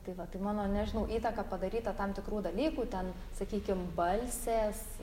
tai va tai mano nežinau įtaka padaryta tam tikrų dalykų ten sakykim balsės